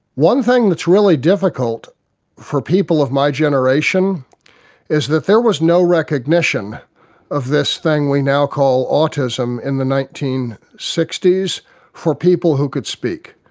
one thing that's really difficult for people of my generation is that there was no recognition of this thing we now call autism in the nineteen sixty s for people who could speak.